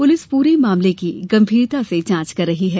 police पूरे मामले की गंभीरता से जांच कर रही है